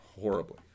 horribly